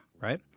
right